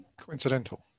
coincidental